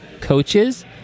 coaches